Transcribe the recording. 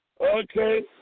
Okay